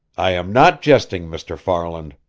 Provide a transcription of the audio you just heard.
i am not jesting, mr. farland.